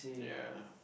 ya